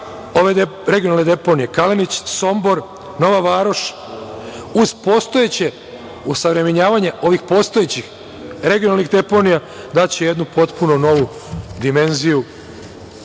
ove regionalne deponije, Kalenić, Sombor, Nova Varoš, uz postojeće osavremenjavanje ovih postojećih regionalnih deponija daće jednu potpuno novu dimenziju